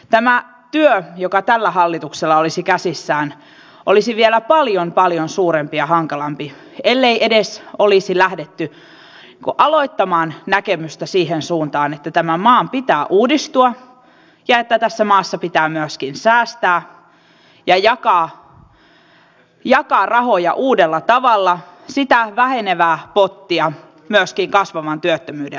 tämä työ joka tällä hallituksella olisi käsissään olisi vielä paljon paljon suurempi ja hankalampi ellei olisi lähdetty edes aloittamaan näkemystä siihen suuntaan että tämän maan pitää uudistua ja että tässä maassa pitää myöskin säästää ja jakaa rahoja uudella tavalla sitä vähenevää pottia myöskin kasvavan työttömyyden oloissa